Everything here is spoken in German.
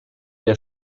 der